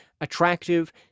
attractive